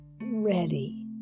ready